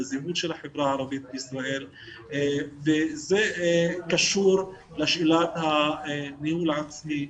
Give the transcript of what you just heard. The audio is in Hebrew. בזהות של החברה הערבית בישראל וזה קשור לשאלת הניהול העצמי,